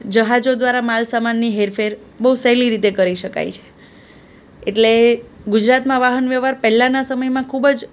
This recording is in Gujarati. જહાજો દ્વારા માલ સામાનની હેર ફેર બહુ સહેલી રીતે કરી શકાય છે એટલે ગુજરાતમાં વાહન વ્યવહાર પહેલાંના સમયમાં ખૂબ જ